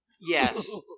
Yes